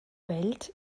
welt